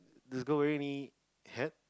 does girl wearing me hat